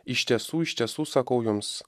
iš tiesų iš tiesų sakau jums